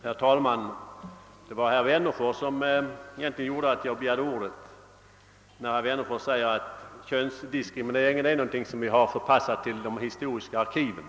Herr talman! Det var egentligen herr Wennerfors” inlägg som föranledde mig att begära ordet. Herr Wennerfors säger att könsdiskrimineringen är något som vi förpassat till de historiska arkiven.